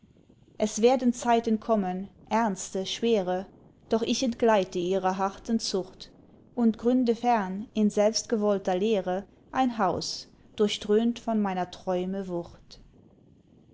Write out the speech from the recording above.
es werden zeiten kommen ernste schwere doch ich entgleite ihrer harten zucht und gründe fern in selbstgewollter leere ein haus durchdröhnt von meiner träume wucht